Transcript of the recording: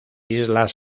islas